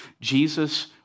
Jesus